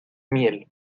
miel